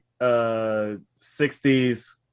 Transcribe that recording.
60s